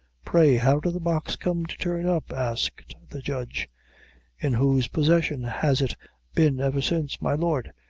pray, how did the box come to turn up? asked the judge in whose possession has it been ever since? my lord,